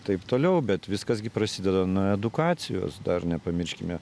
taip toliau bet viskas gi prasideda nuo edukacijos dar nepamirškime